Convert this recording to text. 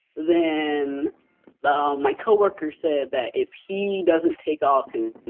then my coworker said that if he doesn't take off his